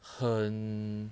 很